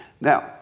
Now